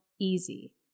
easy